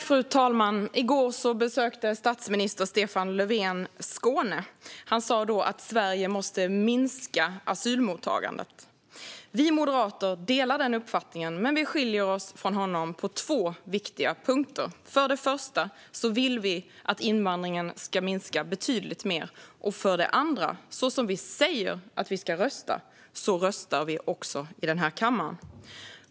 Fru talman! I går besökte statsminister Stefan Löfven Skåne. Han sa då att Sverige måste minska asylmottagandet. Vi moderater delar denna uppfattning men skiljer oss från honom på två viktiga punkter. För det första vill vi att invandringen ska minska betydligt mer, och för det andra röstar vi i kammaren så som vi säger att vi ska rösta.